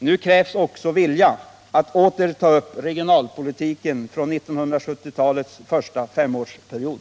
Nu krävs också vilja att åter ta upp regionalpolitiken från 1970 talets första femårsperiod.